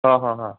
हां हां हां